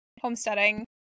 homesteading